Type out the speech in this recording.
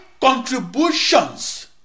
contributions